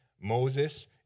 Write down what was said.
Moses